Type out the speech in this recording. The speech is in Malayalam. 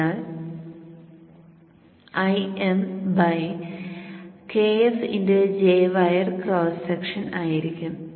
അതിനാൽ Im വയർ ക്രോസ് സെക്ഷൻ ആയിരിക്കും